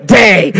day